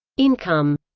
income,